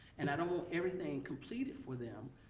and i don't want everything completed for them,